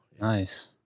Nice